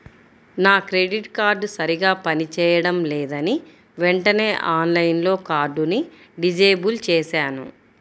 నా credit card సరిగ్గా పని చేయడం లేదని వెంటనే ఆన్లైన్లో కార్డుని డిజేబుల్ చేశాను